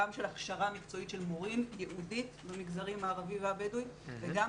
גם של הכשרה מקצועית של מורים ייעודית למגזרים הערבי והבדואי וגם